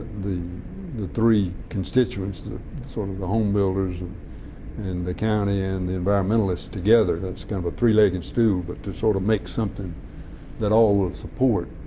the the three constituents sort of the homebuilders and and the county and the environmentalists together. that's kind of a three-legged stool, but to sort of make something that all would support